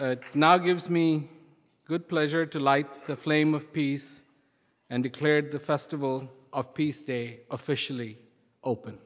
now gives me good pleasure to light the flame of peace and declared the festival of peace day officially open